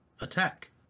attack